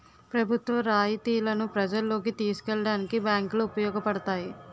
ప్రభుత్వ రాయితీలను ప్రజల్లోకి తీసుకెళ్లడానికి బ్యాంకులు ఉపయోగపడతాయి